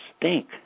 stink